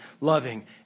loving